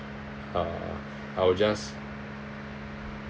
uh I will just